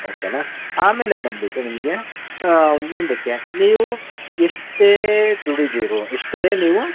ಓಕೆನಾ ಆಮೇಲೆ ಬಂದುಬಿಟ್ಟು ನಿಮಗೆ ಮುಂದಕ್ಕೆ ನೀವು ಎಷ್ಟೇ ದುಡಿದಿರು ಎಷ್ಟೇ ನೀವು